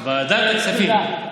ועדת הכספים.